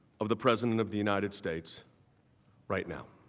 of the president of the united states right now.